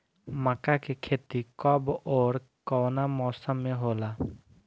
मका के खेती कब ओर कवना मौसम में होला?